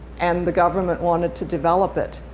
and the government wanted to develop it.